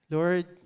Lord